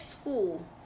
school